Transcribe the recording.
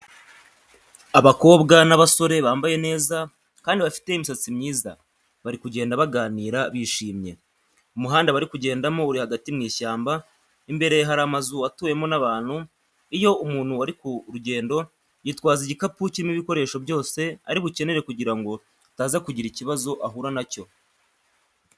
Abakobwa n'abasore bambaye neza kandi bafite imisatsi myiza, bari kugenda baganira bishimye. Umuhanda bari kugendamo uri hagati mu ishyamba, imbere hari amazu atuwemo n'abantu. Iyo umuntu ari kurugendo yitwaza igikapu kirimo ibikoresho byose ari bukenere kugira ngo ataza kugira ikibazo ahura nacyo.